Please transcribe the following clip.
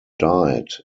died